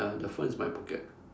ya the phone is in my pocket